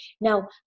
Now